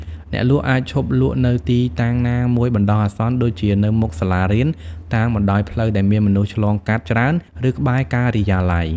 អ្នកលក់អាចឈប់លក់នៅទីតាំងណាមួយបណ្ដោះអាសន្ន ដូចជានៅមុខសាលារៀន តាមបណ្តោយផ្លូវដែលមានមនុស្សឆ្លងកាត់ច្រើន ឬក្បែរការិយាល័យ។